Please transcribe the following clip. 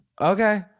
okay